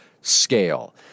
scale